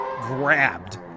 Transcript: grabbed